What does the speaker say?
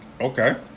Okay